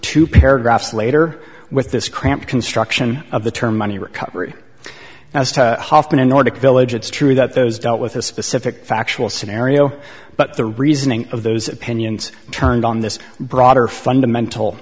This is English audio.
two paragraphs later with this cramped construction of the term money recovery as often in order village it's true that those dealt with a specific factual scenario but the reasoning of those opinions turned on this broader fundamental